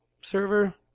server